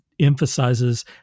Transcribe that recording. emphasizes